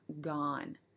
gone